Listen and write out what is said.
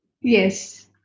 yes